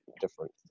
different